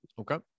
Okay